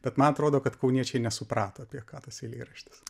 bet man atrodo kad kauniečiai nesuprato apie ką tas eilėraštis